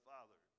Father